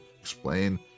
explain